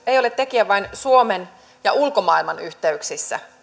ei ole tekijä vain suomen ja ulkomaailman yhteyksissä